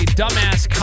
dumbass